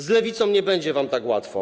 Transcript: Z Lewicą nie będzie wam tak łatwo.